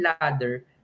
ladder